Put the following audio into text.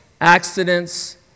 accidents